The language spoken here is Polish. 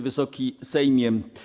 Wysoki Sejmie!